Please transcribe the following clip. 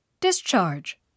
discharge